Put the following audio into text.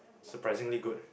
surprisingly good